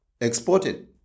exported